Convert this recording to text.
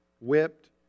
whipped